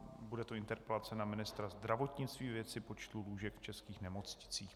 Bude to interpelace na ministra zdravotnictví ve věci počtu lůžek v českých nemocnicích.